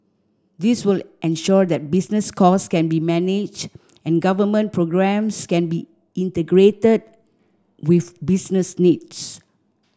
this will ensure that business costs can be managed and government programmes can be integrated with business needs